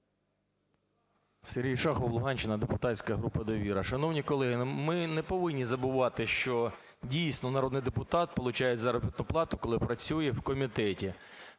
Сергій Шахов, Луганщина, депутатська група "Довіра". Шановні колеги, ми неповинні забувати, що дійсно народний депутат получає заробітну плату, коли працює в комітеті.